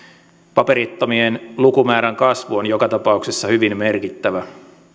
paperittomien lukumäärän kasvu on joka tapauksessa hyvin merkittävä